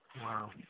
Wow